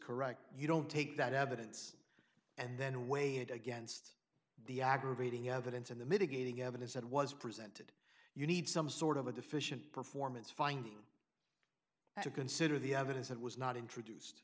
correct you don't take that evidence and then weigh it against the aggravating evidence and the mitigating evidence that was present you need some sort of a deficient performance finding to consider the evidence that was not introduced